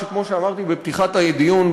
שכמו שאמרתי בפתיחת הדיון,